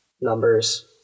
numbers